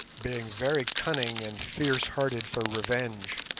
being very cunning and fierce-hearted for revenge,